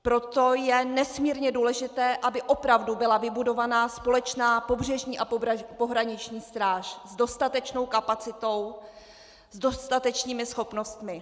Proto je nesmírně důležité, aby opravdu byla vybudovaná společná pobřežní a pohraniční stráž s dostatečnou kapacitou, s dostatečnými schopnostmi.